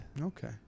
Okay